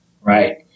right